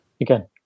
again